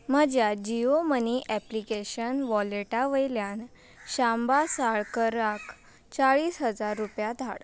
म्हज्या Jio money application वॉलेटा वयल्यान शांबा साळकराक चाळीस हजार रुपया धाड